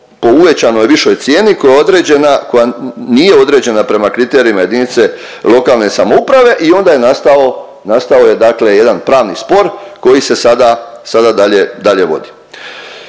po uvećanoj višoj cijeni koja je određena, koja nije određena prema kriterijima jedinice lokalne samouprave i onda je nastao, nastao je dakle jedan pravni spor koji se sada dalje vodi.